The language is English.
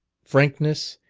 frankness,